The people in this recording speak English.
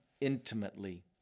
intimately